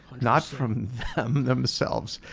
not from them themselves.